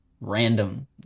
random